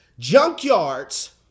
junkyards